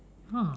ah